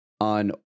on